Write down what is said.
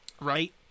right